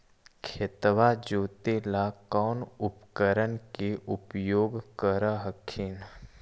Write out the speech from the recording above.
खेतबा जोते ला कौन उपकरण के उपयोग कर हखिन?